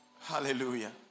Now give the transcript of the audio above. hallelujah